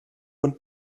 und